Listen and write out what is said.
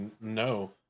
no